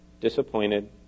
disappointed